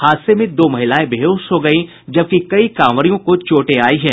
हादसे में दो महिलायें बेहोश हो गयीं जबकि कई कांवरियों को चोटें आयीं हैं